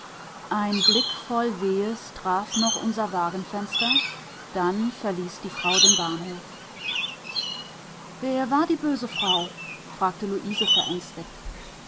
ein blick voll wehes traf noch unser wagenfenster dann verließ die frau den bahnhof wer war die böse frau fragte luise verängstigt